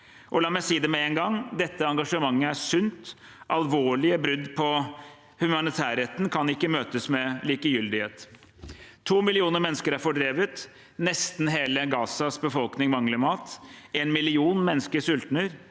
La meg si det med en gang: Dette engasjementet er sunt. Alvorlige brudd på humanitærretten kan ikke møtes med likegyldighet. To millioner mennesker er fordrevet. Nesten hele Gazas befolkning mangler mat. En million